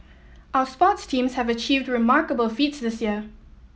our sports teams have achieved remarkable feats this year